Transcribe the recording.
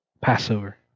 Passover